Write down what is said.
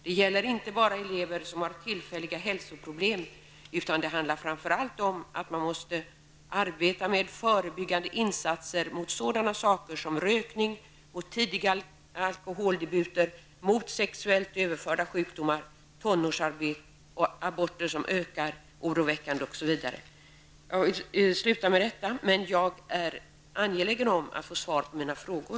Det gäller inte bara elever som har tillfälliga hälsoproblem, utan det handlar framför allt om att man måste arbeta med förebyggande insatser mot sådana saker som rökning, mot tidiga alkoholdebuter, mot sexuellt överförda sjukdomar, tonårsaborter som ökar oroväckande, osv.'' Jag slutar med detta, men jag är angelägen att om att få svar på mina frågor.